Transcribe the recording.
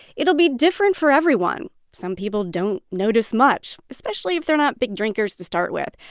it'll be different for everyone. some people don't notice much, especially if they're not big drinkers to start with.